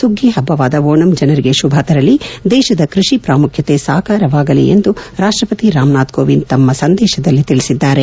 ಸುಗ್ಗಿ ಹಬ್ಬವಾದ ಓಣಂ ಜನರಿಗೆ ಶುಭ ತರಲಿ ದೇಶದ ಕೃಷಿ ಪ್ರಾಮುಖ್ಯತೆ ಸಾಕಾರವಾಗಲಿ ಎಂದು ರಾಷ್ಟ ಪತಿ ರಾಮನಾಥ ಕೋವಿಂದ್ ತಮ್ಮ ಶುಭಾಶಯ ಸಂದೇಶದಲ್ಲಿ ತಿಳಿಸಿದ್ದಾರೆ